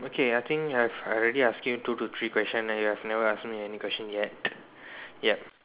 okay I think I've I already ask you two to three question and you've never ask me any question yet yup